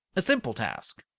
a simple task.